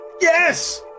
Yes